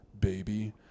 Baby